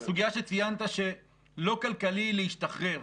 הסוגיה שציינת שלא כלכלי להשתחרר.